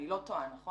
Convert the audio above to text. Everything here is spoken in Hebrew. אני לא טועה, נכון?